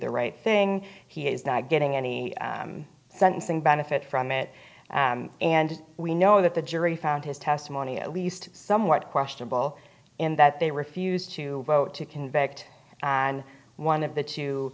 the right thing he's not getting any sentencing benefit from it and we know that the jury found his testimony at least somewhat questionable in that they refused to vote to convict and one of the two